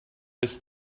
his